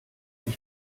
ich